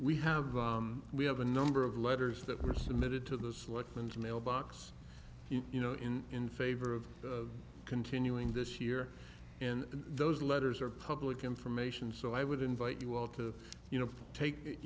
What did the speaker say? we have we have a number of letters that were submitted to the slot and mailbox you know in in favor of continuing this year and those letters are public information so i would invite you all to you know take